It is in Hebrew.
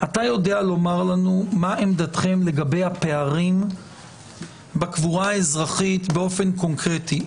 אתה יודע לומר לנו מה עמדתכם לגבי הפערים בקבורה האזרחית באופן קונקרטי?